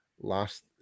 last